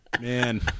Man